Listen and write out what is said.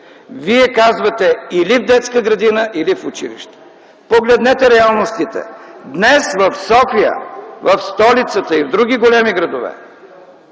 Вие казвате: или в детска градина, или в училище. Погледнете реалностите! Днес в София – в столицата, и в други големи градове